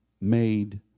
made